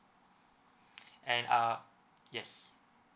and uh yes